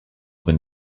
than